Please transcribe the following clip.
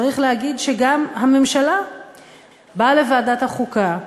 צריך להגיד שגם הממשלה באה לוועדת החוקה והתחייבה,